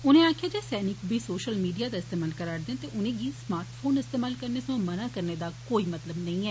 उनें आक्खेआ जे सैनिक बी सौशल मीडिया दा इस्तेमाल करा'रदे न ते उनेंगी स्मार्ट फोन इस्तेमाल करने सोयां मना करने दा कोई मतलब नेई ऐ